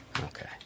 Okay